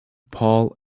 paul